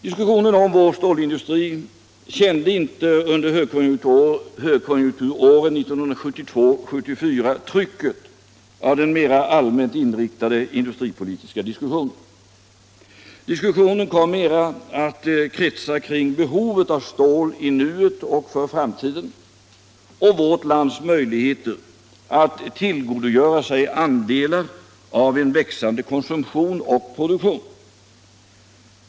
Diskussionen om vår stålindustri kände inte under högkonjunkturåren 1972-1974 trycket av den mera allmänt inriktade industripolitiska diskussionen. I stället kom diskussionen främst att kretsa kring behovet av stål i nuet och för framtiden och vårt lands möjligheter att tillgodogöra sig andelar av en växande konsumtion och produktion.